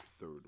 third